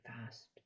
fast